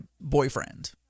boyfriend